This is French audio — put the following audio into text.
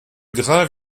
grains